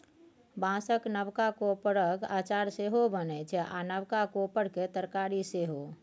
बाँसक नबका कोपरक अचार सेहो बनै छै आ नबका कोपर केर तरकारी सेहो